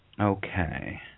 Okay